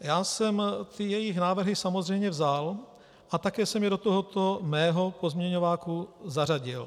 Já jsem jejich návrhy samozřejmě vzal a také jsem je do tohoto svého pozměňováku zařadil.